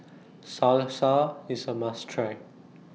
Salsa IS A must Try